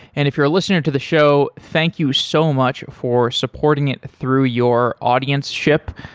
and if you're a listener to the show, thank you so much for supporting it through your audienceship.